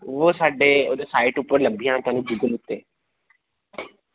ओह् साड्ढे ओह् ते साइट उप्पर लब्भी जाना थुआनू